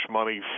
money